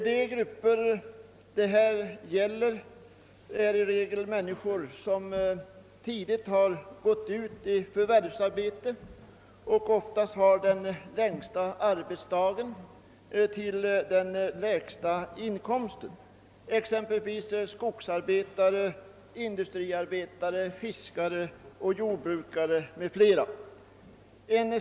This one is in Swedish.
De grupper det här gäller är i regel människor som tidigt har gått ut i förvärvsarbete och oftast har den längsta arbetsdagen till den lägsta inkomsten — skogsarbetare, industriarbetare, fiskare, jordbrukare m.fl.